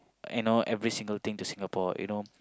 and all every single thing to Singapore you know